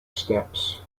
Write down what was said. steps